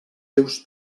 seus